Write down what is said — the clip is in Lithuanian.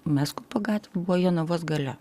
mes ta gatvė buvo jonavos gale